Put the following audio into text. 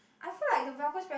I feel like the velcro Sperry